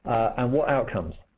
and what outcomes?